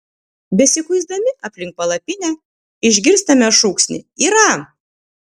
besikuisdami aplink palapinę išgirstame šūksnį yra